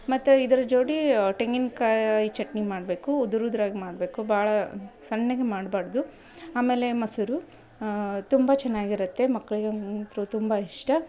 ಮತ್ತು ಇದರ ಜೋಡೀ ತೆಂಗಿನ್ಕಾಯ್ ಚಟ್ನಿ ಮಾಡಬೇಕು ಉದುರು ಉದ್ರಾಗಿ ಮಾಡಬೇಕು ಭಾಳ ಸಣ್ಣಗೆ ಮಾಡ್ಬಾರ್ದು ಆಮೇಲೆ ಮೊಸ್ರು ತುಂಬ ಚೆನ್ನಾಗಿರುತ್ತೆ ಮಕ್ಕಳಿಗೆ ಅಂತೂ ತುಂಬ ಇಷ್ಟ